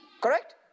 Correct